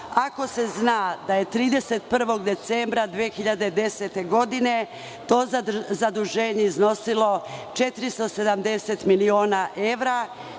ako se zna da je 31. decembra 2010. godine to zaduženje iznosilo 470 miliona evra